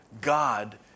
God